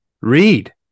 read